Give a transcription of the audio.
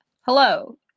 hello